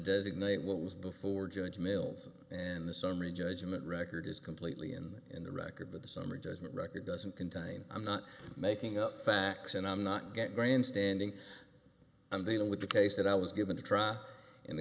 designate what was before judge mills and the summary judgment record is completely and in the record but the summary judgment record doesn't contain i'm not making up facts and i'm not get grandstanding and dealing with the case that i was given to try in the